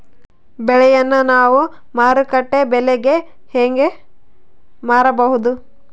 ಬೆಳೆಯನ್ನ ನಾವು ಮಾರುಕಟ್ಟೆ ಬೆಲೆಗೆ ಹೆಂಗೆ ಮಾರಬಹುದು?